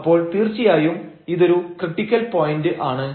അപ്പോൾ തീർച്ചയായും ഇതൊരു ക്രിട്ടിക്കൽ പോയന്റ് ആണ്